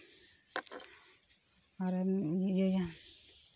ᱟᱨᱮᱢ ᱤᱭᱟᱹ ᱭᱟ